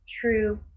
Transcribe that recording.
true